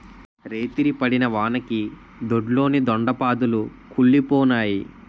రేతిరి పడిన వానకి దొడ్లోని దొండ పాదులు కుల్లిపోనాయి